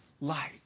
light